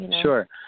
Sure